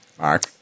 Mark